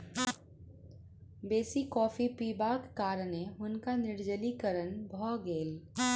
बेसी कॉफ़ी पिबाक कारणें हुनका निर्जलीकरण भ गेल